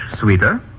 sweeter